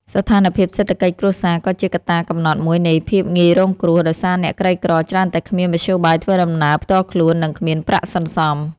ស្ថានភាពសេដ្ឋកិច្ចគ្រួសារក៏ជាកត្តាកំណត់មួយនៃភាពងាយរងគ្រោះ ដោយសារអ្នកក្រីក្រច្រើនតែគ្មានមធ្យោបាយធ្វើដំណើរផ្ទាល់ខ្លួន និងគ្មានប្រាក់សន្សំ។